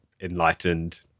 enlightened